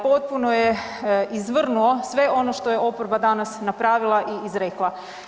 Potpuno je izvrnuo sve ono što je oporba danas napravila i izrekla.